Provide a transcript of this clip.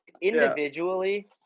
individually